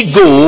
go